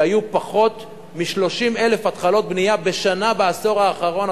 היו פחות מ-30,000 התחלות בנייה בשנה בעשור האחרון,